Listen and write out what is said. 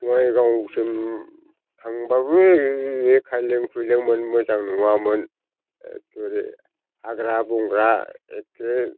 बङाइगावसिम थांबाबो खायलें खुइलेंमोन मोजां नङामोन एखेबारे हाग्रा बंग्रा एखे